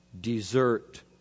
desert